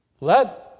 Let